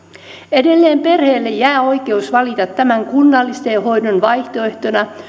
edelleen perheelle jää oikeus valita tämän kunnallisen hoidon vaihtoehtona